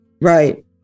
Right